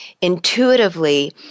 intuitively